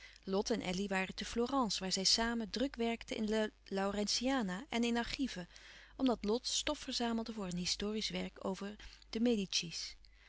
lot en elly waren te florence waar zij samen druk werkten in de laurentiana en in archieven omdat lot stof verzamelde voor een historiesch werk over de